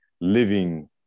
living